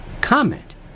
comment